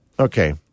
Okay